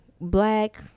black